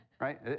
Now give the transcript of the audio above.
Right